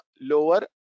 lower